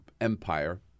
empire